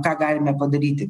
ką galime padaryti